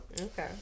Okay